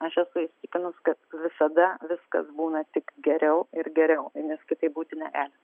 aš esu įsitikinus kad visada viskas būna tik geriau ir geriau nes kitaip būti negali